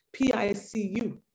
PICU